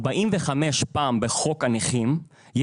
יש דרגה מיוחדת 45 פעמים בחוק הנכים.